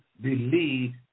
believe